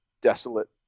desolate